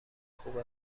خوب